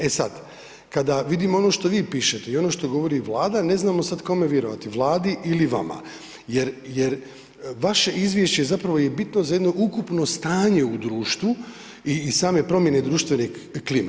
E sada, kada vidimo ono što vi pišete i ono što govori Vlada ne znamo sada kome vjerovati, Vladi ili vama jer vaše izvješće je bitno za jedno ukupno stanje u društvu i same promjene društvene klime.